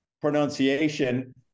pronunciation